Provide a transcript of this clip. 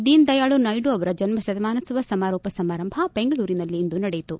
ದೀನದಯಾಳು ನಾಯ್ದು ಅವರ ಜನ್ನಶತಮಾನೋತ್ಲವ ಸಮಾರೋಪ ಸಮಾರಂಭ ಬೆಂಗಳೂರಿನಲ್ಲಿಂದು ನಡೆಯಿತು